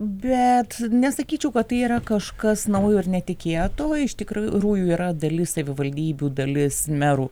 bet nesakyčiau kad tai yra kažkas naujo ir netikėto iš tikrųjų yra dalis savivaldybių dalis merų